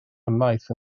ymaith